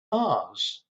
mars